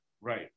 right